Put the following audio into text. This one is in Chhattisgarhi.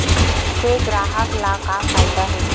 से ग्राहक ला का फ़ायदा हे?